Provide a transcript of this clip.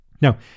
Now